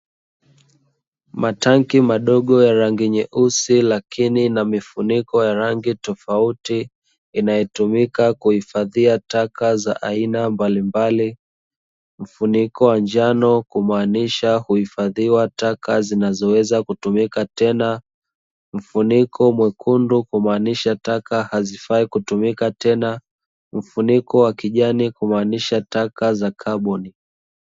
Matanki madogo ya rangi nyeusi lakini na mifuniko ya rangi tofauti, inayotumika kuhifadhia taka za aina mbalimbali, mfuniko wa njano kumaanisha kuhifadhiwa taka zinazoweza kutumika tena, mfuniko mwekundu kumaanisha taka hazifai kutumika tena, mfuniko wa kijani kumaanisha taka za kaboni.